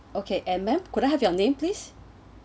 okay mm madam could I have your name please